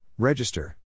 Register